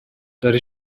داری